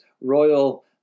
royal